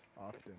often